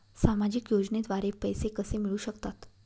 सामाजिक योजनेद्वारे पैसे कसे मिळू शकतात?